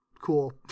Cool